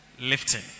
lifting